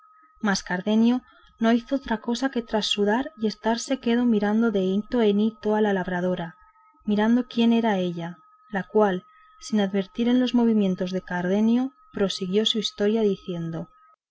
mas cardenio no hizo otra cosa que trasudar y estarse quedo mirando de hito en hito a la labradora imaginando quién ella era la cual sin advertir en los movimientos de cardenio prosiguió su historia diciendo